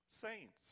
Saints